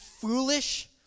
foolish